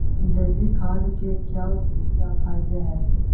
जैविक खाद के क्या क्या फायदे हैं?